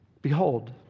Behold